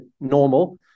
normal